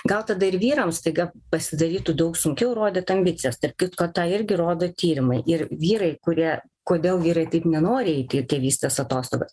gal tada ir vyrams staiga pasidarytų daug sunkiau rodyt ambicijas tarp kitko tą irgi rodo tyrimai ir vyrai kurie kodėl vyrai taip nenori eiti į tėvystės atostogas